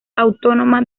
autónoma